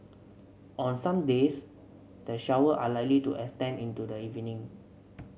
on some days the shower are likely to extend into the evening